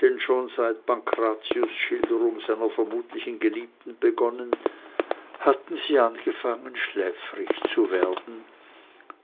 denn schon seit pankrazius die schilderung seiner vermutlichen geliebten begonnen hatten sie angefangen schläfrig zu werden